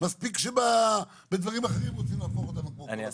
מספיק שבדברים אחרים רוצים להפוך אותנו כמו כל הגויים.